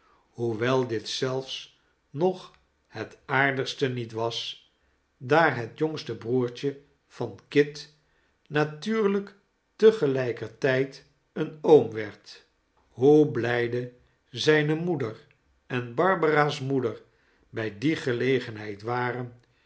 hoewel dit zelfs nog het aardigste niet was daar het jongste broertje van kit natuurlijk te gelijker tijd een oom werd hoe blijde zijne moeder en barbara's moeder bij die gelegenheid waren